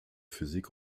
physik